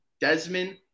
Desmond